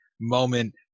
moment